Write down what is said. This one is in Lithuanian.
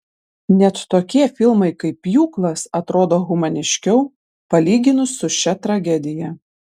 net tokie filmai kaip pjūklas atrodo humaniškiau palyginus su šia tragedija